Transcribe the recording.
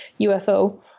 UFO